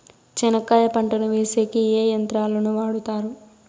చెనక్కాయ పంటను వేసేకి ఏ యంత్రాలు ను వాడుతారు?